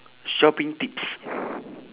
shopping tips